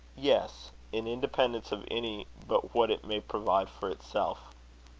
yes in independence of any but what it may provide for itself.